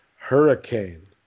Hurricane